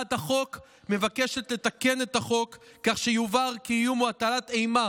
הצעת החוק מבקשת לתקן את החוק כך שיובהר כי איום או הטלת אימה